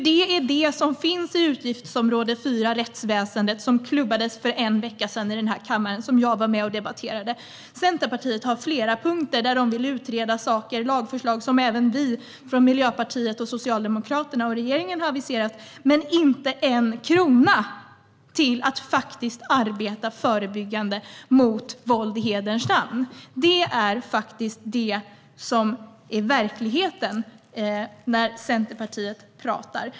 Det är vad som finns i utgiftsområde 4 Rättsväsendet, som klubbades för en vecka sedan i kammaren, och jag var med och debatterade området. Centerpartiet har flera punkter där man vill utreda lagförslag som även vi från Miljöpartiet, Socialdemokraterna och regeringen har aviserat, men inte en krona till att faktiskt arbeta förebyggande mot våld i hederns namn. Det är verkligheten när Centerpartiet talar.